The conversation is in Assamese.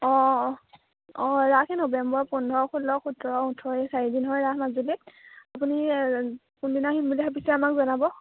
অঁ অঁ অঁ অঁ ৰাস এই নৱেম্বৰ পোন্ধৰ ষোল্ল সোতৰ ওঠৰ এই চাৰি দিন হয় ৰাস মাজুলীত আপুনি কোনদিনা আহিম বুলি ভাবিছে আমাক জনাব